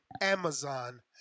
Amazon